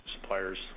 suppliers